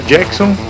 Jackson